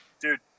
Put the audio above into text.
dude